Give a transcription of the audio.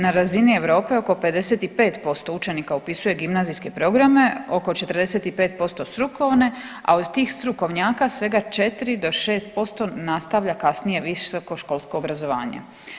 Na razini Europe oko 55% učenika upisuje gimnazijske programe, oko 45% strukovne, a od tih strukovnjaka svega4 do 6% nastavlja kasnije visokoškolsko obrazovanje.